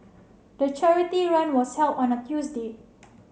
the charity run was held on a Tuesday